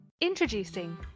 Introducing